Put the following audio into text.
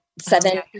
seven